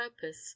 purpose